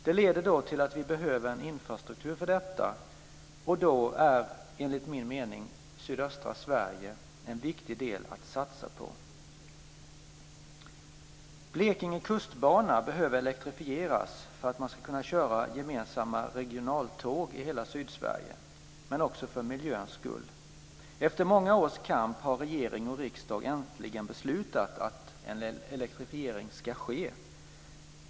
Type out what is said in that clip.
Det leder då till att vi behöver en infrastruktur för detta och då är, enligt min mening, sydöstra Sverige en viktig del att satsa på. Sydsverige, men också för miljöns skull. Efter många års kamp har regering och riksdag äntligen beslutat att en elektrifiering ska ske.